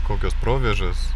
kokios provėžos